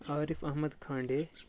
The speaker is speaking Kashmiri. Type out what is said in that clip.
عارِف احمد کھانڈے